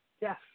Yes